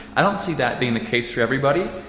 i don't see that being the case for everybody,